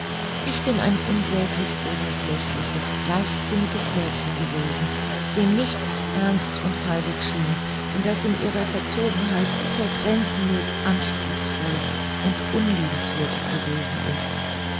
ich bin ein unsäglich oberflächliches leichtsinniges mädchen gewesen dem nichts ernst und heilig schien und das in ihrer verzogenheit sicher grenzenlos anspruchsvoll und unliebenswürdig gewesen ist